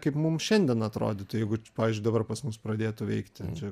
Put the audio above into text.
kaip mum šiandien atrodytų jeigu pavyzdžiui dabar pas mus pradėtų veikti čia